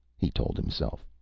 he told himself.